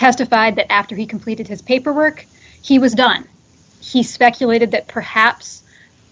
testified that after he completed his paperwork he was done he speculated that perhaps